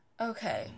Okay